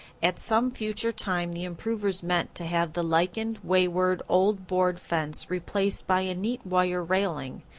at some future time the improvers meant to have the lichened, wayward old board fence replaced by a neat wire railing,